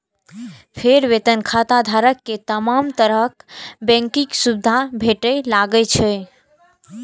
फेर वेतन खाताधारक कें तमाम तरहक बैंकिंग सुविधा भेटय लागै छै